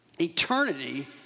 eternity